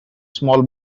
small